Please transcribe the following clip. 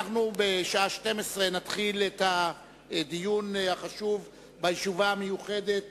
בשעה 12:00 נתחיל את הדיון החשוב בישיבה המיוחדת